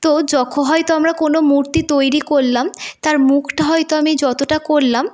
তো যখ হয়তো আমরা কোনো মূর্তি তৈরি করলাম তার মুখটা হয়তো আমি যতটা করলাম